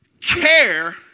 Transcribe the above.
Care